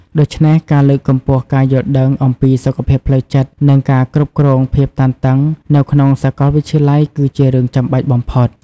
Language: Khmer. ដូច្នេះ ការលើកកម្ពស់ការយល់ដឹងអំពីសុខភាពផ្លូវចិត្ត និងការគ្រប់គ្រងភាពតានតឹងនៅក្នុងសាកលវិទ្យាល័យគឺជារឿងចាំបាច់បំផុត។